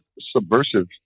Subversive